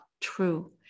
true